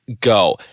go